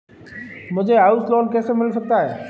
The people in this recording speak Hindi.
मुझे हाउस लोंन कैसे मिल सकता है?